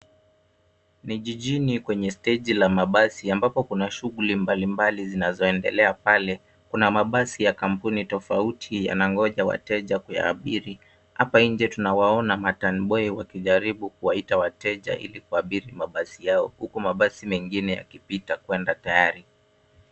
Ni jijini kwenye stage la mabasi ambapo kuna shughuli mbalimbali zinazoendelea pale. Kuna mabasi ya kampuni tofauti yanangoja wateja kuyaabiri. Hapa nje tunawaona maturnboy wakijaribu kuwaita wateja ili kuabiri mabasi yao, huku mabasi mengine yakipita kwenda tayari.